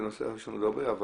אבל